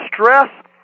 stress